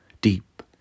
deep